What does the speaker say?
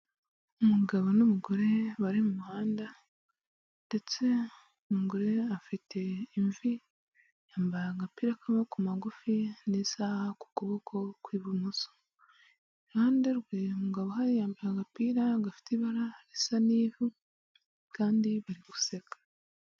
Umugabo n'umugore bari mu muhanda, ndetse umugore afite imvi, yambaye agapira k'amaboko magufi n'isaha ku kuboko kw'ibumoso, iruhande rwe umugabo uhari yambaye agapira gafite ibara risa n'ivu, kandi bari guseka.